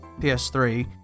PS3